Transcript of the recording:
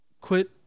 quit